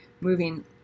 moving